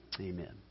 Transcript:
amen